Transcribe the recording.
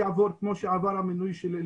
בשנה שעברה 94,